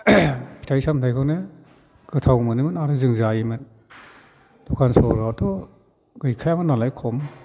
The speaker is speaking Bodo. फिथाइ सामथाइखौनो गोथाव मोनोमोन आरो जों जायोमोन दखान सहराथ' गैखायामोन नालाय खम